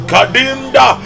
Kadinda